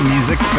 Music